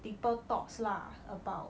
deeper thoughts lah about